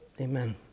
Amen